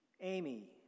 Amy